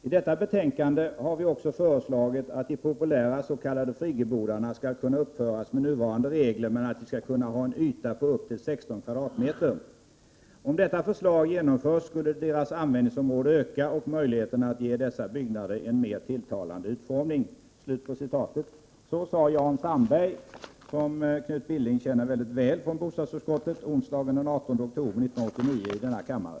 ”I detta betänkande har vi också föreslagit att de populära s.k. friggebodarna skall kunna uppföras med nuvarande regler, men att de skall kunna ha en yta på upp till 16 m?. Om detta förslag genomförs skulle deras användningsområde öka och möjligheterna att ge dessa byggnader en mer tilltalande utformning.” Så sade Jan Sandberg, som Knut Billing känner mycket väl från bostadsutskottet, onsdagen den 18 oktober 1989 i denna kammare.